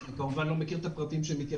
אני רוצה להגיד שיש את הגבלת הסחירות שעברה